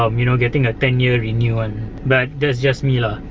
um you know getting a ten year renew one but that's just me la.